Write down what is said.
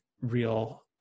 real